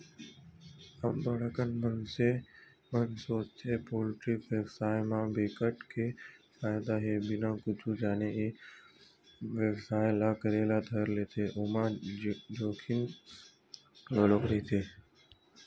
अब्ब्ड़ अकन मनसे मन सोचथे पोल्टी बेवसाय म बिकट के फायदा हे बिना कुछु जाने ए बेवसाय ल करे ल धर लेथे ओमा जोखिम घलोक रहिथे